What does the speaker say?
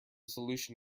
solution